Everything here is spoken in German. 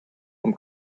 vom